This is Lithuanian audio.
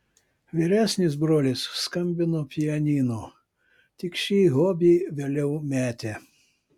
vyresnis brolis skambino pianinu tik šį hobį vėliau metė